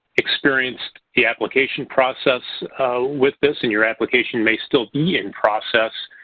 experienced the application process with this, and your application may still be in process.